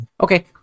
okay